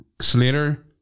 Slater